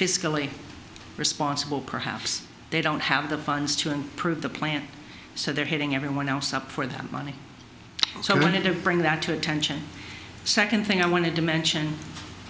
fiscally responsible perhaps they don't have the funds to improve the plant so they're hitting everyone else up for that money so i wanted to bring that to attention second thing i wanted to mention